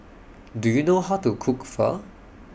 Do YOU know How to Cook Pho